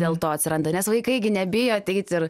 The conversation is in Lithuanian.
dėl to atsiranda nes vaikai gi nebijo ateit ir